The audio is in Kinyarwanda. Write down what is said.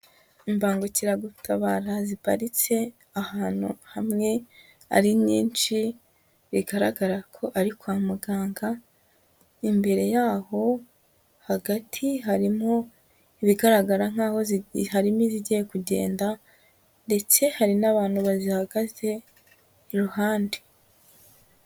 Imbangukiragutabara ziparitse ahantu hamwe ari nyinshi bigaragara ko ari kwa muganga, imbere y'aho hagati harimo ibigaragara nk'aho harimo izigiye kugenda ndetse hari n'abantu bazihagaze iruhande.